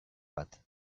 bat